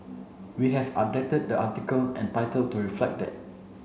we have updated the article and title to reflect that